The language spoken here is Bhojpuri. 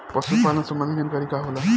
पशु पालन संबंधी जानकारी का होला?